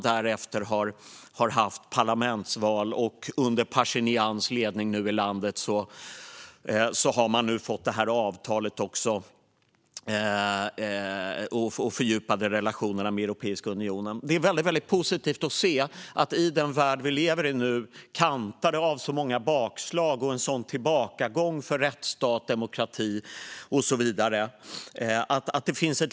Därefter har man haft parlamentsval och under Pasjinians ledning har man nu fått fram detta avtal och fördjupade relationer med Europeiska unionen. Det är väldigt positivt att i den värld vi nu lever i, som är kantad av bakslag och en tillbakagång för rättsstat och demokrati, finns ett litet land som Armenien.